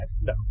No